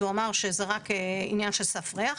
הוא אמר שזה רק עניין של סף ריח.